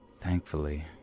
Thankfully